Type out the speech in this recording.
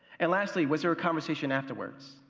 and lastly, was there a conversation afterwards?